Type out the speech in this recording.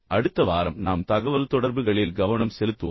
அடுத்த வாரம் நாம் தகவல்தொடர்புகளில் கவனம் செலுத்துவோம்